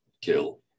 Kill